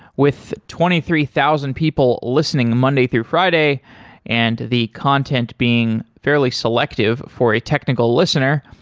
with twenty three thousand people listening monday through friday and the content being fairly selective for a technical listener,